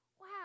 wow